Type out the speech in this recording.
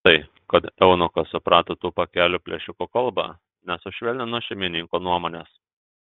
tai kad eunuchas suprato tų pakelių plėšikų kalbą nesušvelnino šeimininko nuomonės